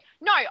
No